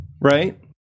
right